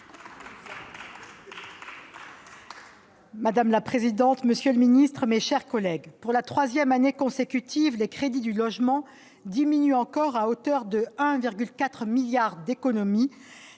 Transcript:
Madame la présidente, monsieur le Ministre, mes chers collègues, pour la 3ème année consécutive, les crédits du logement diminue encore à hauteur de 1,4 milliards d'économies,